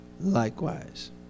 likewise